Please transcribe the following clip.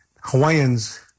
Hawaiians